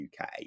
UK